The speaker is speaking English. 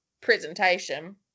presentation